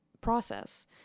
process